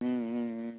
ம்ம்ம்